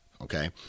Okay